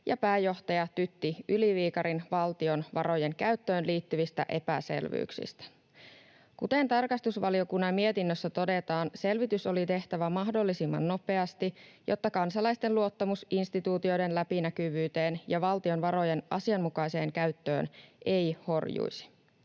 ja pääjohtaja Tytti Yli-Viikarin valtion varojen käyttöön liittyvistä epäselvyyksistä. Kuten tarkastusvaliokunnan mietinnössä todetaan, selvitys oli tehtävä mahdollisimman nopeasti, jotta kansalaisten luottamus instituutioiden läpinäkyvyyteen ja valtion varojen asianmukaiseen käyttöön ei horjuisi.